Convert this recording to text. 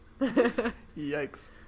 yikes